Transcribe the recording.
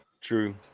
True